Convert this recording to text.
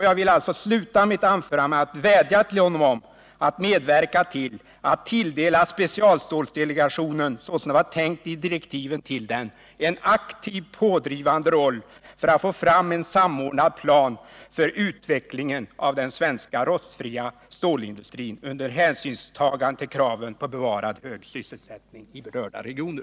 Jag vill sluta mitt anförande med att vädja till honom att medverka till att tilldela specialstålsdelegationen, såsom det var tänkt i dess direktiv, en aktivt pådrivande roll för att få fram en samordnad plan för utvecklingen av den svenska rostfritt-stål-industrin under hänsynstagande till kraven på bevarad hög sysselsättning i berörda regioner.